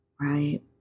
Right